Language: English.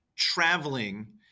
Traveling